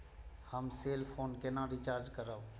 हम cell phone केना recharge करब?